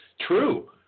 true